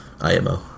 IMO